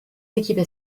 équipes